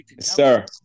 Sir